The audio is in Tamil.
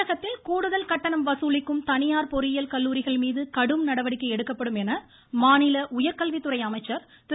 அன்பழகன் தமிழகத்தில் கூடுதல் கட்டணம் வசூலிக்கும் தனியார் பொறியியல் கல்லூரிகள் மீது கடும் நடவடிக்கை எடுக்கப்படும் என மாநில உயர்கல்வித்துறை அமைச்சர் திரு